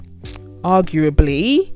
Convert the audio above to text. arguably